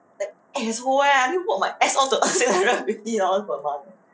damn asshole leh I need work my ass off to earn six hundred fifty per month eh